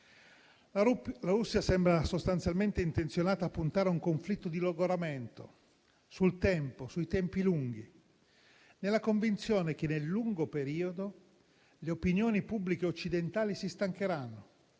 La Russia sembra sostanzialmente intenzionata a puntare a un conflitto di logoramento, sul tempo, sui tempi lunghi, nella convinzione che, nel lungo periodo, le opinioni pubbliche occidentali si stancheranno